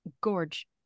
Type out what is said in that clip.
gorge